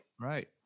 right